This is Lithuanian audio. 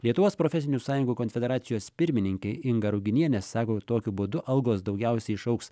lietuvos profesinių sąjungų konfederacijos pirmininkė inga ruginienė sako tokiu būdu algos daugiausiai išaugs